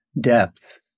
depth